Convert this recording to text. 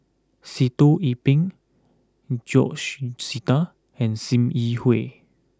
Sitoh Yih Pin George Sita and Sim Yi Hui